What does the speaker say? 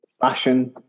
fashion